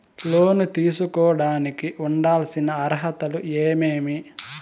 లోను తీసుకోడానికి ఉండాల్సిన అర్హతలు ఏమేమి?